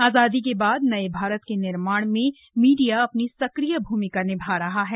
आजादी के बाद नए भारत के निर्माण में भी मीडिया अपनी सक्रिय भूमिका निभा रहा है